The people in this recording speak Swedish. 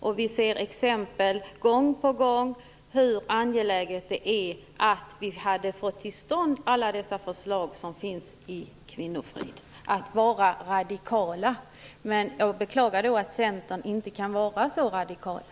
Och vi ser gång på gång exempel på hur angeläget det är att få till stånd alla de radikala förslag som finns i betänkandet Kvinnofrid. Jag beklagar därför att ni i Centern inte kan vara så radikala.